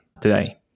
today